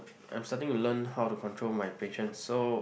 I am starting to learn how to control my patience so